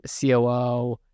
COO